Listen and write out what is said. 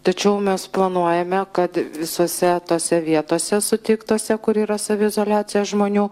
tačiau mes planuojame kad visose tose vietose suteiktose kur yra saviizoliacija žmonių